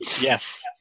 Yes